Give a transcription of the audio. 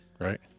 right